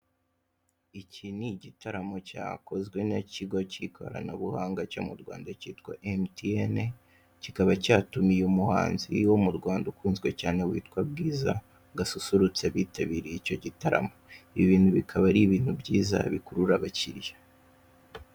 Iki ni igitaramo cyakozwe n'ikigo cy'ikoranabuhanga cyo mu Rwanda cyitwa MTN, kikaba cyatumiye umuhanzi wo mu Rwanda ukunzwe cyane witwa BWIZA ngo asusurutse abitabiriye icyo gitaramo, ibi bintu bikaba ari ibintu byiza bikurura abakiriya.